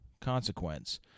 Consequence